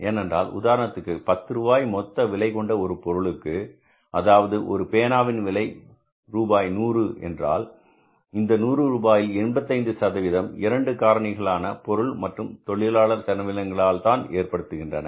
ஏனென்றால் உதாரணத்திற்கு பத்து ரூபாய் மொத்த விலை கொண்ட ஒரு பொருளுக்கு அதாவது ஒரு பேனாவின் விலை ரூபாய் 100 என்றால் இந்த நூறு ரூபாயில் 85 2 காரணிகளான பொருள் மற்றும் தொழிலாளர் செலவினங்கள் தான் ஏற்படுத்துகின்றன